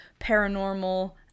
paranormal